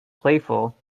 playful